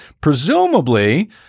Presumably